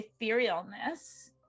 etherealness